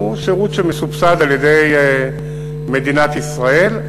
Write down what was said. זה שירות שמסובסד על-ידי מדינת ישראל,